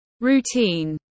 routine